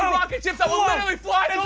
um rocketships that will literally fly!